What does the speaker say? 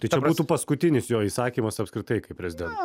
tai čia būtų paskutinis jo įsakymas apskritai kaip prezidento